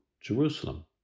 Jerusalem